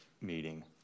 meeting